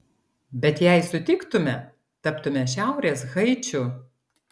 bet jei sutiktume taptume šiaurės haičiu